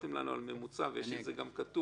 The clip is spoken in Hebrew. סיפרתם לנו על ממוצע, וזה גם כתוב,